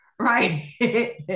Right